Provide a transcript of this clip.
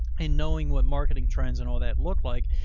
and knowing what marketing trends and all that look like.